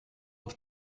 auf